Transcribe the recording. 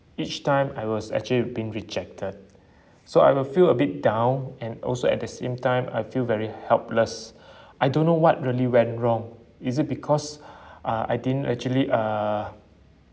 each time I was actually been rejected so I will feel a bit down and also at the same time I feel very helpless I don't know what really went wrong is it because uh I didn't actually uh